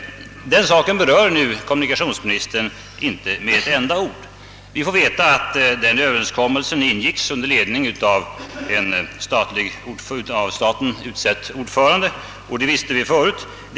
Den saken berör kommunikationsministern inte med ett enda ord. Vi får veta att överenskommelsen ingicks under ledning av en av staten utsedd ordförande. Det visste vi förut.